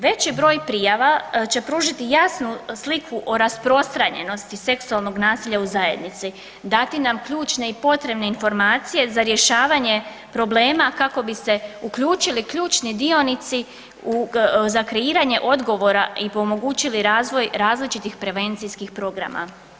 Veći broj prijava će pružiti jasnu sliku o rasprostranjenosti seksualnog nasilja u zajednici, dati na ključne i potrebne informacije za rješavanje problema kako bi se uključili ključni dionici za kreiranje odgovora i omogućili razvoj različitih prevencijskih programa.